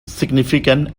significant